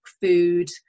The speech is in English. food